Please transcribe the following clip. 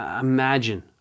imagine